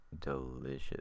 delicious